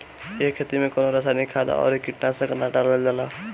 ए खेती में कवनो रासायनिक खाद अउरी कीटनाशक ना डालल जाला